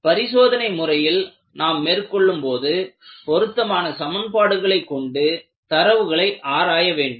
பரிசோதனை முறையில் நாம் மேற்கொள்ளும் போது பொருத்தமான சமன்பாடுகளை கொண்டு தரவுகளை ஆராய வேண்டும்